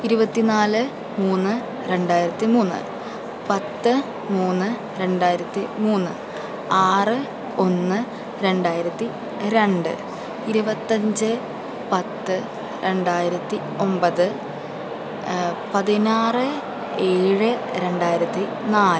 ഇരുപത്തി നാല് മൂന്ന് രണ്ടായിരത്തി മൂന്ന് പത്ത് മൂന്ന് രണ്ടായിരത്തി മൂന്ന് ആറ് ഒന്ന് രണ്ടായിരത്തി രണ്ട് ഇരുപത്തഞ്ച് പത്ത് രണ്ടായിരത്തി ഒമ്പത് പതിനാറ് ഏഴ് രണ്ടായിരത്തി നാല്